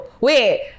wait